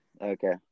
Okay